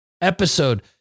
episode